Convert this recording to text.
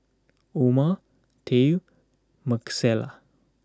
Oma Tye Marcella